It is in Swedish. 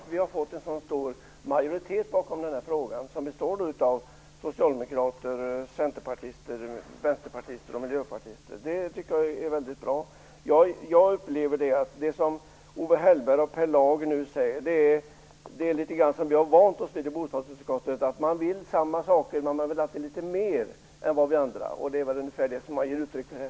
Fru talman! Jag tycker att det är bra att vi bakom den här frågan har fått en så stor majoritet, som består av socialdemokrater, centerpartister, vänsterpartister och miljöpartister. Det tycker jag är väldigt bra. Jag upplever att det som Owe Hellberg och Per Lager nu säger är litet grand av det som vi har vant oss vid i bostadsutskottet. Man vill samma saker, men man vill alltid litet mer än vi andra. Det är väl ungefär det som man ger uttryck för här.